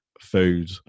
food